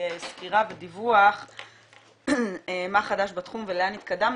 סקירה ודיווח מה חדש בתחום ולאן התקדמנו.